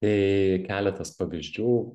tai keletas pavyzdžių